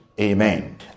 Amen